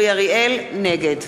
נגד